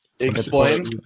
Explain